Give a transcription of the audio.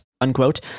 unquote